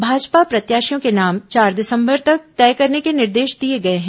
भाजपा प्रत्याशियों के नाम चार दिसंबर तक तय करने के निर्देश दिए गए हैं